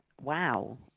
wow